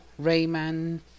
Rayman